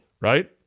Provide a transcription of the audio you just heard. right